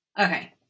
Okay